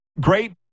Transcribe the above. great